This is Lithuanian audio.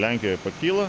lenkijoj pakyla